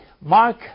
Mark